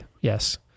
Yes